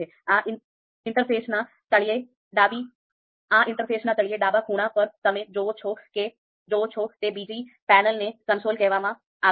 આ ઇન્ટરફેસના તળિયે ડાબા ખૂણા પર તમે જુઓ છો તે બીજી પેનલને console કહેવામાં આવે છે